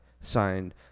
Signed